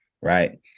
Right